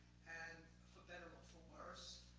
and for better or for worse,